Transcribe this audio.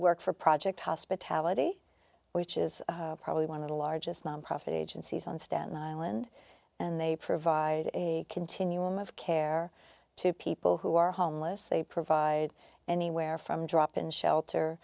work for project hospitality which is probably one of the largest nonprofit agencies on staten island and they provide a continuum of care to people who are homeless they provide anywhere from drop in shelter